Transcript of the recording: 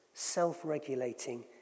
self-regulating